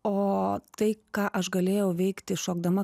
o tai ką aš galėjau veikti šokdama